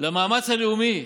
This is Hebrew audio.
למאמץ הלאומי